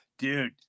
Dude